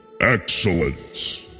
Excellent